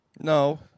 No